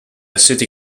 city